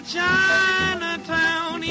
Chinatown